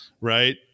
right